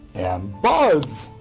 and buzz,